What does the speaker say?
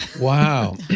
Wow